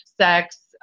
sex